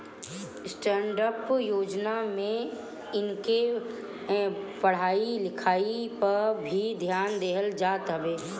stand up योजना में इनके पढ़ाई लिखाई पअ भी ध्यान देहल जात हवे